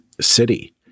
city